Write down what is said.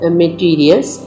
materials